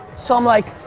so i'm like,